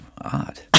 odd